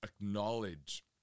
acknowledge